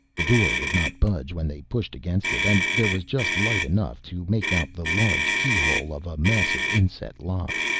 the door would not budge when they pushed against it, and there was just light enough to make out the large keyhole of a massive inset lock.